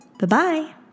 Bye-bye